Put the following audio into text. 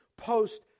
Post